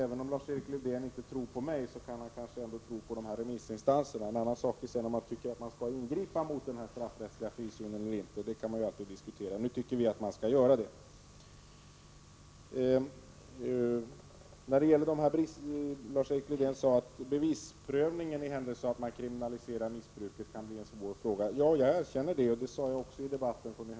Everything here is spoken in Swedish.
Även om Lars-Erik Lövdén inte tror på mig kanske han ändå kan tro på remissinstanserna. Sedan är det en annan sak om man tycker att man skall ingripa mot den här straffrättsliga frizonen eller inte. Det kan man alltid diskutera. Men vi tycker att man skall göra det. Lars-Erik Lövdén sade att bevisprövningen kan bli en svår fråga, i händelse att man kriminaliserar missbruket. Jag erkänner det, och det sade jag också i debatten i höstas.